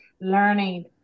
learning